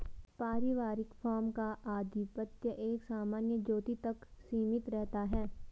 पारिवारिक फार्म का आधिपत्य एक सामान्य ज्योति तक सीमित रहता है